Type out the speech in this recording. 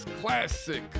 classic